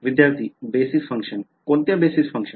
विद्यार्थीः basis function कोणत्या basis function